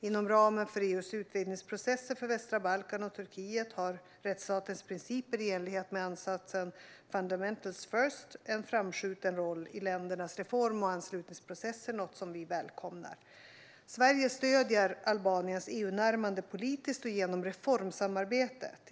Inom ramen för EU:s utvidgningsprocesser för västra Balkan och Turkiet har rättsstatens principer i enlighet med ansatsen "fundamentals first" en framskjuten roll i ländernas reform och anslutningsprocesser, något som vi välkomnar. Sverige stöder Albaniens EU-närmande politiskt och genom reformsamarbetet.